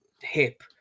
hip